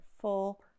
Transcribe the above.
full